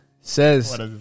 says